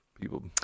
People